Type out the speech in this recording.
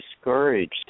discouraged